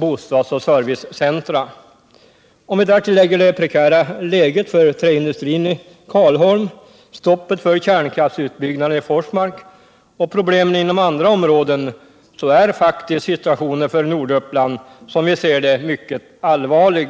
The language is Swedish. bostadsoch servicecentra. Om vi därtill lägger det prekära läget för träindustrin i Karlholm, stoppet för kärnkraftsutbyggnaden i Forsmark och problemen inom andra områden, så är faktiskt situationen för Norduppland, som vi ser det, mycket allvarlig.